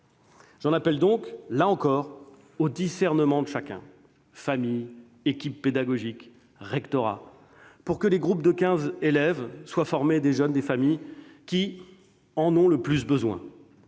J'en appelle donc, là encore, au discernement de chacun- familles, équipes pédagogiques, rectorats -pour que les groupes de quinze élèves soient formés de jeunes issus des familles qui en ont le plus besoin.